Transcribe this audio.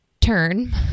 turn